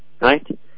Right